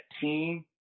team